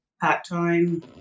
part-time